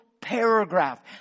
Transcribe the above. paragraph